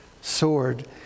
sword